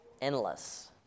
Endless